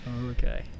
okay